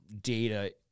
data